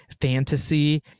fantasy